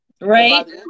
Right